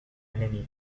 enemiga